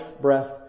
breath